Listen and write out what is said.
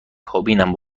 کابینم